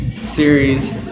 series